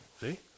See